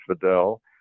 Fidel